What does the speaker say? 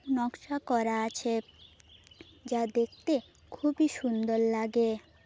নকশা করা আছে যা দেখতে খুবই সুন্দর লাগে